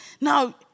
Now